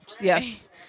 Yes